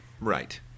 Right